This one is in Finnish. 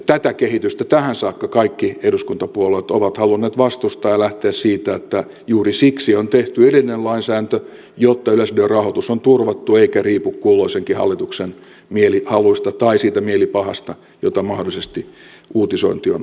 tätä kehitystä tähän saakka kaikki eduskuntapuolueet ovat halunneet vastustaa ja lähteä siitä että on tehty erillinen lainsäädäntö juuri siksi että yleisradion rahoitus on turvattu eikä riipu kulloisenkin hallituksen mielihaluista tai siitä mielipahasta jota mahdollisesti uutisointi on aiheuttanut